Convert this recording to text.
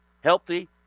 healthy